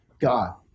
God